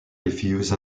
refuse